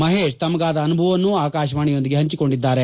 ಮಹೇಶ್ ತಮಗಾದ ಅನುಭವವನ್ನು ಅಕಾಶವಾಣಿಯೊಂದಿಗೆ ಹಂಚಿಕೊಂಡಿದ್ದಾರೆ